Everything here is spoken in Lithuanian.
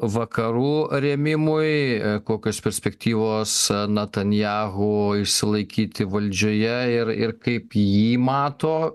vakarų rėmimui kokios perspektyvos natanjahu išsilaikyti valdžioje ir ir kaip jį mato